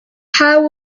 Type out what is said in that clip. how